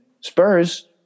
Spurs